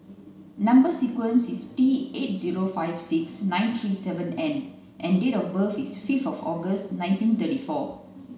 number sequence is T eight zero five six nine three seven N and date of birth is fifth August nineteen thirty four